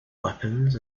weapons